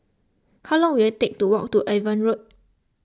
how long will it take to walk to Avon Road